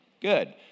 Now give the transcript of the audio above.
good